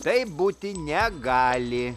taip būti negali